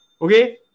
Okay